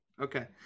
Okay